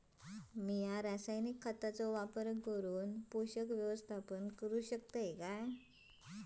मी रासायनिक खतांचो वापर करून पोषक व्यवस्थापन करू शकताव काय?